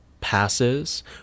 passes